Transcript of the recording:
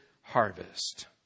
harvest